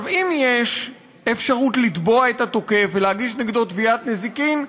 אם יש אפשרות לתבוע את התוקף ולהגיש נגדו תביעת נזיקין,